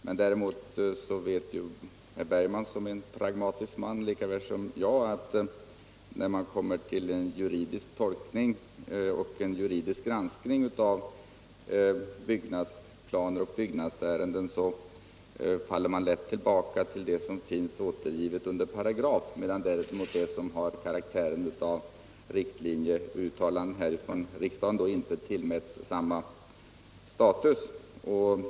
Men däremot vet herr Bergman som en pragmatisk man lika väl som jag att man när man kommer fram till en juridisk tolkning och granskning av byggnadsplaner och byggnadsärenden lätt faller tillbaka på det som stadgas i en paragraf medan däremot riktlinjer och uttalanden från riksdagen inte tillmäts samma status.